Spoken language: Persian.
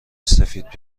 سفید